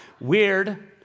Weird